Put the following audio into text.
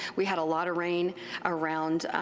we had a lot of rain around